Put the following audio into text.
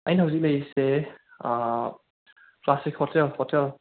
ꯑꯩꯅ ꯍꯧꯖꯤꯛ ꯂꯩꯔꯤꯁꯦ ꯀ꯭ꯂꯥꯁꯤꯛ ꯍꯣꯇꯦꯜ ꯍꯣꯇꯦꯜ